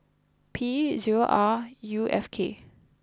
P zero R U F K